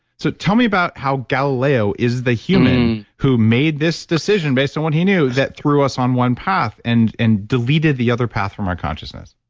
so, tell me about how galileo is the human who made this decision based on what he knew that threw us on one path and and deleted the other path from our consciousness.